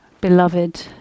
beloved